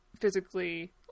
physically